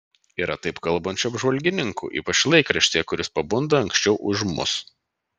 yra taip kalbančių apžvalgininkų ypač laikraštyje kuris pabunda anksčiau už mus